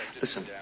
Listen